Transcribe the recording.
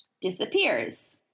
disappears